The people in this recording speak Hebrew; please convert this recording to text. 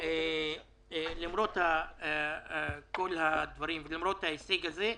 למרות כל הדברים ולמרות ההישג הזה,